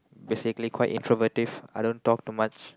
basically quite introvertive I don't talk too much